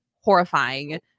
horrifying